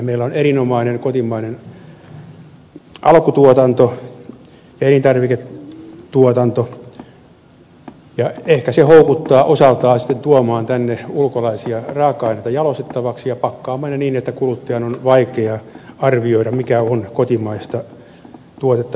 meillä on erinomainen kotimainen alkutuotanto elintarviketuotanto ja ehkä se houkuttaa osaltaan sitten tuomaan tänne ulkolaisia raaka aineita jalostettavaksi ja pakkaamaan ne niin että kuluttajan on vaikea arvioida mikä on kotimaista tuotetta alkuperältään